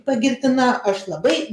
pagirtina aš labai